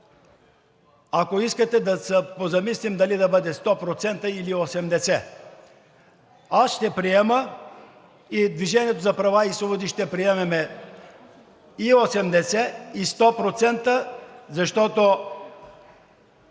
Ако искате, да се позамислим дали да бъде 100% , или 80. Аз ще приема, от „Движение за права и свободи“ ще приемем и 80, и 100%, защото,